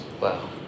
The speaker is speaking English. Wow